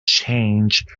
changed